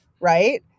Right